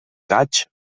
gaig